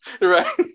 Right